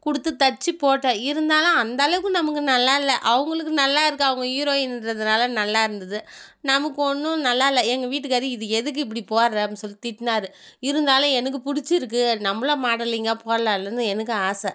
கொடுத்து தச்சு போட்டு இருந்தாலும் அந்தளவுக்கு நமக்கு நல்லால்லை அவங்களுக்கு நல்லா இருக்கும் அவங்க ஹீரோயின்றதினால நல்லா இருந்தது நமக்கு ஒன்றும் நல்லால்லை எங்கள் வீட்டுக்காரரு இது எதுக்கு இப்படி போடுற அப்படின்னு சொல்லி திட்டினாரு இருந்தாலும் எனக்கு பிடிச்சிருக்கு நம்மளும் மாடலிங்காக போடலால்லன்னு எனக்கும் ஆசை